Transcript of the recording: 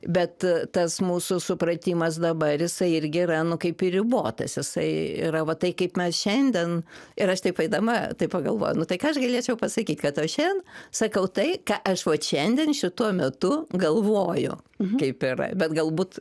bet tas mūsų supratimas dabar jisai irgi yra nu kaip ir ribotas jisai yra va tai kaip mes šiandien ir aš taip eidama taip pagalvojau nu tai ką aš galėčiau pasakyt kad va šiandien sakau tai ką aš vat šiandien šituo metu galvoju kaip yra bet galbūt